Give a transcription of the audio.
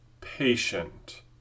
patient